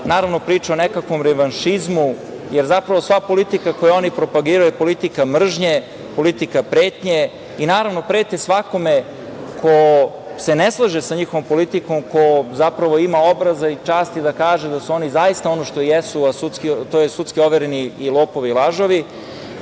naravno, priča o nekom revanšizmu, jer zapravo sva politika koju oni propagiraju je politika mržnje, politika pretnje, prete svakome ko se ne slaže sa njihovom politikom, ko zapravo ima obraza i časti da kaže da su oni zaista ono što jesu, a to je sudski overeni i lopovi i lažovi.